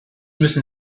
müssen